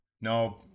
No